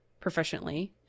proficiently